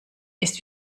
ist